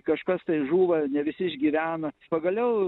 kažkas tai žūva ne visi išgyvena pagaliau